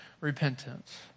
repentance